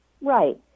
Right